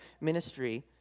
ministry